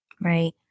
Right